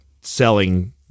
selling